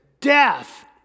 Death